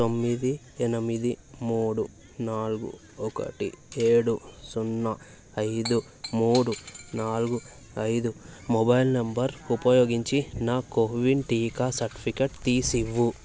తొమ్మిది ఎనిమిది మూడు నాలుగు ఒకటి ఏడు సున్నా ఐదు మూడు నాలుగు ఐదు మొబైల్ నంబర్ ఉపయోగించి నా కోవిన్ టీకా సర్టిఫికేట్ తీసివ్వు